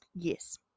Yes